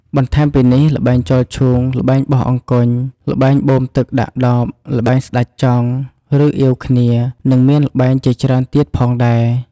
បន្ថែមពីនេះ ល្បែងចោលឈូង ល្បែបោះអង្គញ់ ល្បែងបូមទឹកដាក់ដប ល្បែងស្តេចចង់ ឬអៀវគ្នា និងមានល្បែងជាច្រើនទៀតផងដែរ។